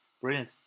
Brilliant